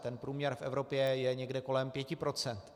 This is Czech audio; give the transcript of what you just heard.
Ten průměr v Evropě je někde kolem 5 %.